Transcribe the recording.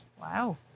Wow